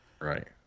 Right